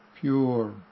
pure